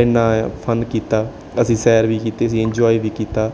ਇੰਨਾਂ ਫਨ ਕੀਤਾ ਅਸੀਂ ਸੈਰ ਵੀ ਕੀਤੀ ਅਸੀਂ ਇੰਜੋਆਏ ਵੀ ਕੀਤਾ